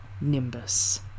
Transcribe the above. Nimbus